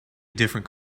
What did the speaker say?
different